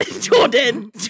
Jordan